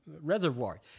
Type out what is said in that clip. reservoir